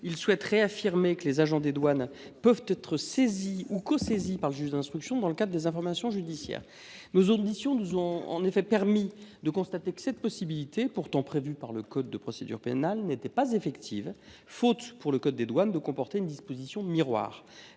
de vouloir réaffirmer que les agents des douanes peuvent être saisis ou cosaisis par le juge d’instruction dans le cadre des informations judiciaires. Nos auditions nous ont permis de constater qu’une telle possibilité, pourtant prévue par le code de procédure pénale, n’était pas effective faute de disposition miroir